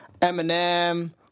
Eminem